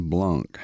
Blanc